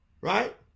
right